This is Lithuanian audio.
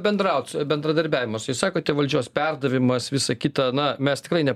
bendraut su juo bendradarbiavimas su jais sakote valdžios perdavimas visa kita na mes tikrai ne